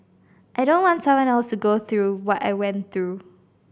I don't want someone else to go through what I went through